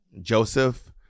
Joseph